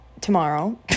tomorrow